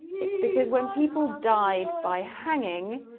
it's because when people died by hanging,